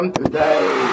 today